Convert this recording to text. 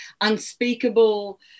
unspeakable